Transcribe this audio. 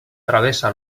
travessa